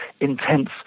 intense